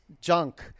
junk